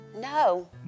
No